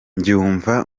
mbyumva